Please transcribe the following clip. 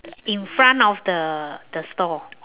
in front of the the store